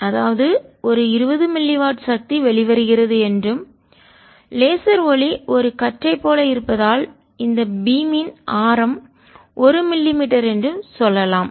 அதாவது ஒரு 20 milliwatt சக்தி வெளிவருகிறது என்றும் லேசர் ஒளி ஒரு கற்றை போல இருப்பதால் இந்த பீமின்ஒளிக்கற்றை ஆரம் ஒரு மில்லிமீட்டர் என்று சொல்லலாம்